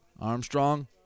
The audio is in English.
Armstrong